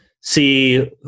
see